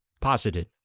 posited